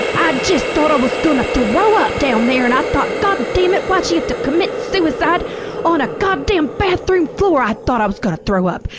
i just thought i was gonna throw up down there, and i thought, god dammit, why'd she have to commit suicide on a goddamn bathroom floor? i thought i was gonna throw up.